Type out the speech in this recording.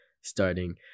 starting